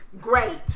Great